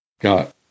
got